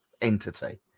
entity